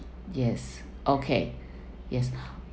yes okay yes